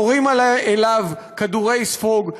נורים עליו כדורי ספוג.